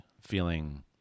feeling